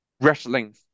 wrestling